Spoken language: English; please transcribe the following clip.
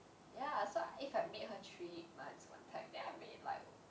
ya so if I meet her three months one time then I meet like